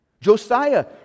Josiah